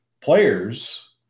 players